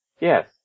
Yes